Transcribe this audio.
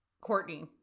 Courtney